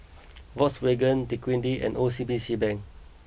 Volkswagen Dequadin and O C B C Bank